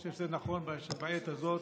אני חושב שזה נכון בעת הזאת